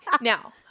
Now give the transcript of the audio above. Now